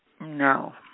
No